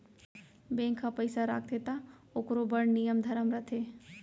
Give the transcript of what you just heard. bank ह पइसा राखथे त ओकरो बड़ नियम धरम रथे